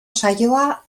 saioa